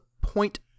point